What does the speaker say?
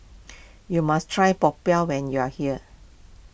you must try Popiah when you are here